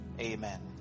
Amen